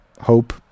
hope